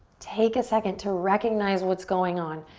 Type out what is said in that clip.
take a second to recognize what's going on.